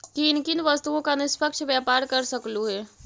किन किन वस्तुओं का निष्पक्ष व्यापार कर सकलू हे